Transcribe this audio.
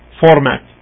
format